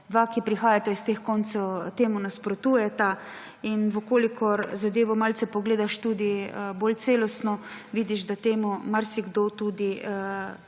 ki prihajata iz teh koncev, temu nasprotujeta. Če zadevo malce pogledaš tudi bolj celostno, vidiš, da temu marsikdo tudi